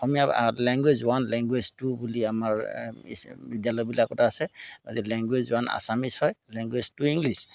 অসমীয়া language one language two বুলি আমাৰ বিদ্যালয়বিলাকত আছে গতিকে লেংগুৱেজ ওৱান আছামীজ হয় লেংগুৱেজ টু ইংলিছ